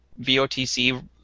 VOTC